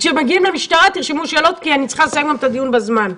כשמגיעים למשטרה תרשמו שאלות כי אני צריכה גם לסיים את הדיון בזמן.